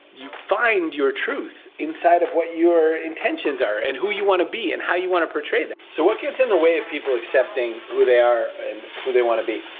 you find your truth inside of what your intentions are and who you wanna be and how you wanna portray that. so what gets in the way of people accepting who they are and who they wanna be?